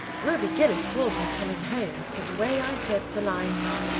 ruby gillis told me coming home that the way i said the line,